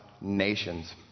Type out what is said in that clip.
nations